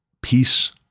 peace